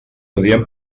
adient